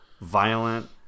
violent